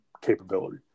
capability